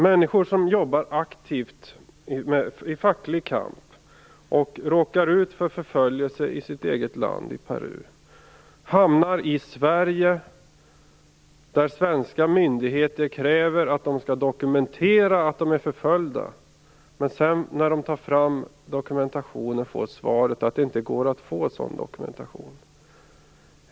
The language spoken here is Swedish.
Människor som jobbar aktivt i facklig kamp och råkar ut för förföljelse i sitt eget land, Peru, hamnar i Sverige. Här kräver svenska myndigheter att de skall dokumentera att de är förföljda. När de sedan tar fram dokumentationen får de svaret att det inte går att få fram sådan dokumentation.